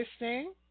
listening